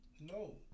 No